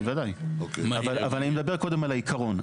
אני מדבר קודם על העקרון.